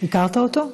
הכרת אותו?